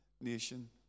nation